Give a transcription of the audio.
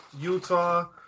Utah